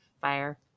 fire